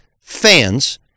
fans